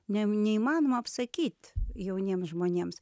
ne neįmanoma apsakyt jauniems žmonėms